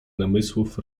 namysłów